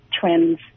trends